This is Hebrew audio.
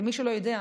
למי שלא יודע,